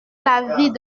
l’avis